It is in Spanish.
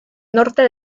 norte